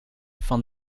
van